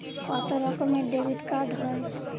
কত রকমের ডেবিটকার্ড হয়?